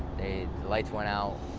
lights went out.